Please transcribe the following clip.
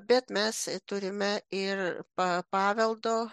bet mes turime ir pa paveldo